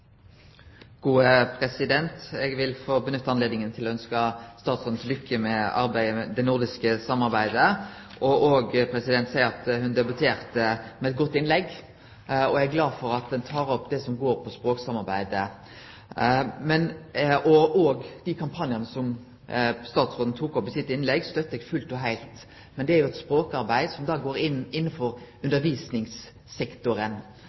Eg vil få nytte anledninga til å ønskje statsråden til lykke med arbeidet innan nordisk samarbeid og seie at ho debuterte med eit godt innlegg. Eg er glad for at ein tek opp det som går på språksamarbeid. Eg støttar òg fullt og heilt dei kampanjane statsråden tok opp i sitt innlegg, men det er eit språkarbeid som kjem inn under undervisningssektoren. Mitt spørsmål er: Ser statsråden for seg at ein kan utvide språksamarbeidet også innanfor